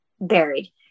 buried